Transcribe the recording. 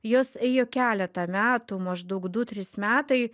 jos ėjo keletą metų maždaug du trys metai